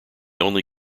only